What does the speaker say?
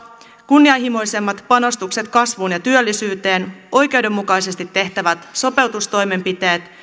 kunnianhimoisemmat panostukset kasvuun ja työllisyyteen oikeudenmukaisesti tehtävät sopeutustoimenpiteet